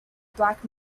black